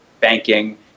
banking